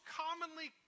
commonly